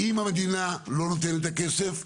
אם המדינה לא נותנת את הכסף,